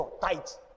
tight